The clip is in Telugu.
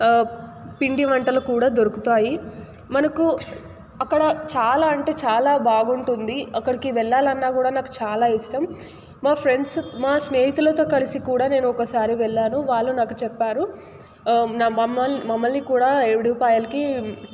పిండి వంటలు కూడా దొరుకుతాయి మనకు అక్కడ చాలా అంటే చాలా బాగుంటుంది అక్కడికి వెళ్లాలన్నా కూడా నాకు చాలా ఇష్టం మా ఫ్రెండ్స్ మా స్నేహితులతో కలిసి కూడా నేను ఒకసారి వెళ్ళాను వాళ్ళు నాకు చెప్పారు మమ్మ మమ్మల్ని కూడా ఏడుపాయలకి